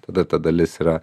tada ta dalis yra